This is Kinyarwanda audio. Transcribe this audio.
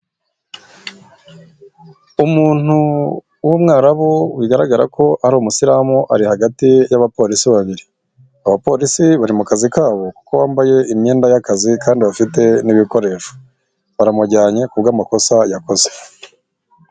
Umuntu w'Umwarabu, bigaragara ko ari umusilamu ari hagati y'abapolisi babiri, abapolisi bari mu kazi kabo kuko bambaye imyenda y'akazi kandi bafite n'ibikoresho, baramujyanye ku bw'amakosa yakoze.